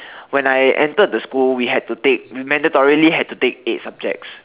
when I entered the school we had to take mandatorily had to take eight subjects